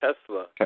Tesla